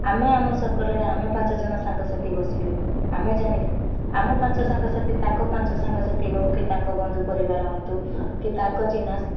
ଆମେ ଆମ ସର୍କଲ୍ରେ ଆମେ ପାଞ୍ଚଜଣ ସାଙ୍ଗସାଥି ବସିଲୁ ଆମେ ଜାଣିଲୁ ଆମ ପାଞ୍ଚ ସାଙ୍ଗସାଥି ତାଙ୍କ ପାଞ୍ଚ ସାଙ୍ଗସାଥି ହେଉ କି ତାଙ୍କ ବନ୍ଧୁ ପରିବାର ହୁଅନ୍ତୁ କି ତାଙ୍କ ଚିହ୍ନା